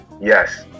Yes